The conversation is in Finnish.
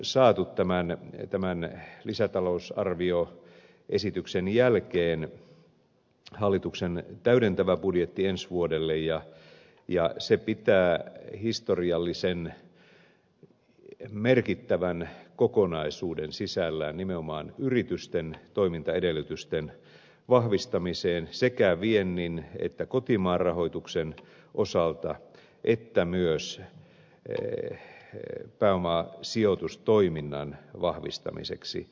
mehän olemme saaneet tämän lisätalousarvioesityksen jälkeen hallituksen täydentävä budjetti ensi vuodelle ja se pitää historiallisen merkittävän kokonaisuuden sisällään nimenomaan yritysten toimintaedellytysten vahvistamiseen sekä viennin että kotimaan rahoituksen osalta että myös pääomasijoitustoiminnan vahvistamiseksi